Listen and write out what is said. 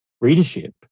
readership